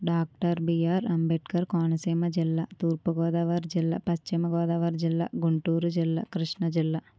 doctor BR Ambedkar Konaseema జిల్లా తూర్పుగోదావరి జిల్లా పశ్చిమగోదావరి జిల్లా గుంటూరు జిల్లా కృష్ణాజిల్లా